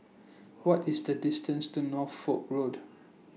What IS The distance to Norfolk Road